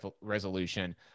resolution